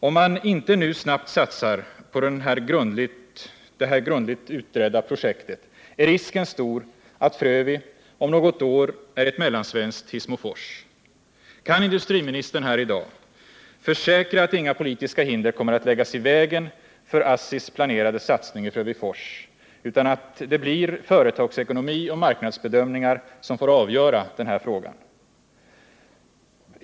Om man inte nu snabbt satsar på det här grundligt utredda projektet är risken stor att Frövi om några år är ett mellansvenskt Hissmofors. Kan industriministern här i dag försäkra att inga politiska hinder kommer att läggas i vägen för ASSI:s planerade satsning i Frövifors, utan att det blir företagsekonomi och marknadsbedömningar som får avgöra den här frågan?